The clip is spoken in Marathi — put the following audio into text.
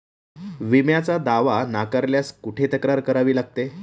विम्याचा दावा नाकारल्यास कुठे तक्रार करावी लागते?